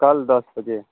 कल दस बजे